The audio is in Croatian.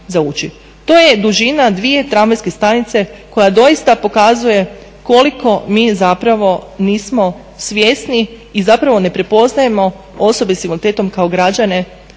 To je dužina dvije tramvajske stanice koja doista pokazuje koliko mi zapravo nismo svjesni i zapravo ne prepoznajemo osobe s invaliditetom kao građane